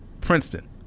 Princeton